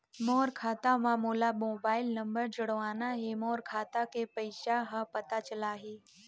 मोर खाता मां मोला मोबाइल नंबर जोड़वाना हे मोर खाता के पइसा ह पता चलाही?